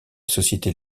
société